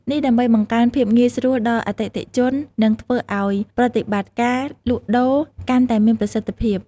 នេះដើម្បីបង្កើនភាពងាយស្រួលដល់អតិថិជន និងធ្វើឱ្យប្រតិបត្តិការលក់ដូរកាន់តែមានប្រសិទ្ធភាព។